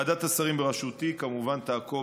ועדת השרים בראשותי תעקוב,